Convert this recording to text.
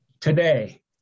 Today